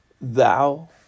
thou